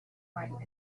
while